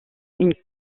une